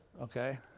okay?